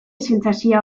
sentsazioa